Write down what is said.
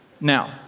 Now